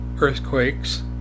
earthquakes